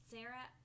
Sarah